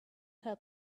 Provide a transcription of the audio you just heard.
help